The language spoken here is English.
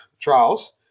trials